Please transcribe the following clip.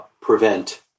prevent